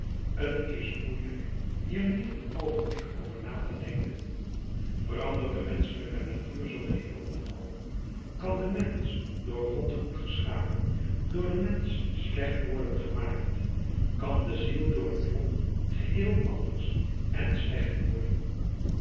t is moeielijk hier niet een oogenblik over na te denken verandert de menschelijke natuur zoo geheel en al kan de mensch door god goed geschapen door den mensch slecht worden gemaakt kan de ziel door het lot geheel anders en slecht worden